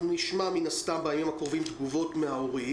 אנחנו נשמע בימים הקרובים תגובות מההורים,